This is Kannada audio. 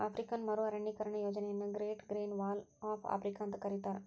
ಆಫ್ರಿಕನ್ ಮರು ಅರಣ್ಯೇಕರಣ ಯೋಜನೆಯನ್ನ great green wall of Africa ಅಂತ ಕರೇತಾರ